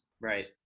Right